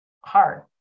hard